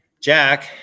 Jack